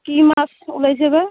কি মাছ ওলাইছে বা